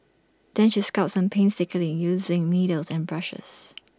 then she sculpts them painstakingly using needles and brushes